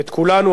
את כולנו,